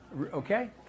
Okay